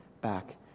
back